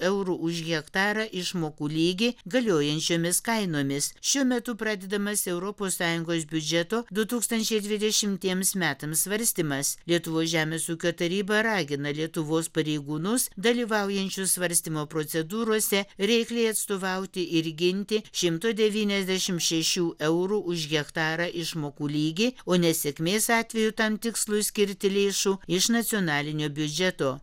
eurų už hektarą išmokų lygį galiojančiomis kainomis šiuo metu pradedamas europos sąjungos biudžeto du tūkstančiai dvidešimtiems metams svarstymas lietuvos žemės ūkio taryba ragina lietuvos pareigūnus dalyvaujančius svarstymo procedūrose reikliai atstovauti ir ginti šimto devyniasdešim šešių eurų už hektarą išmokų lygį o nesėkmės atveju tam tikslui skirti lėšų iš nacionalinio biudžeto